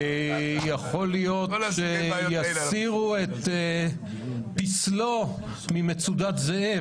--- יכול להיות שיסירו את פיסלו ממצודת זאב.